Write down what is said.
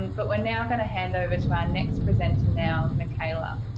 but we're now going to hand over to our next presenter now michela.